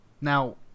now